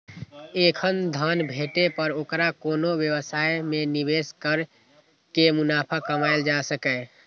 एखन धन भेटै पर ओकरा कोनो व्यवसाय मे निवेश कैर के मुनाफा कमाएल जा सकैए